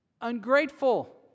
ungrateful